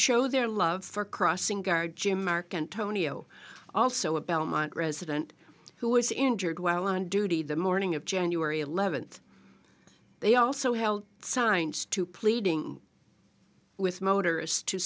show their love for crossing guard jim marcantonio also a belmont resident who was injured while on duty the morning of january eleventh they also held signs to pleading with